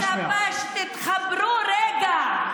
אני מצפה שתתחברו רגע,